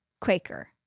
Quaker